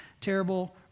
terrible